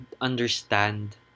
understand